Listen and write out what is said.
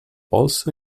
also